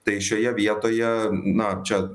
tai šioje vietoje na čia